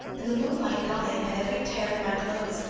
and the moonlight got in at every tear in my clothes,